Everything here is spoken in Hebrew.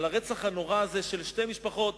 לרצח הנורא הזה של שתי משפחות.